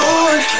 Lord